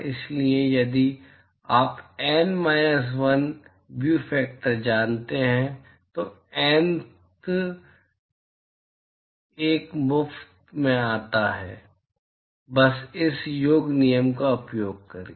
इसलिए यदि आप N माइनस 1 व्यू फ़ैक्टर जानते हैं तो Nth एक मुफ्त में आता है बस इस योग नियम का उपयोग करके